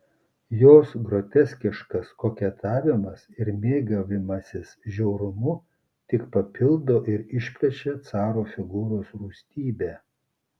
jos groteskiškas koketavimas ir mėgavimasis žiaurumu tik papildo ir išplečia caro figūros rūstybę